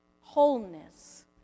wholeness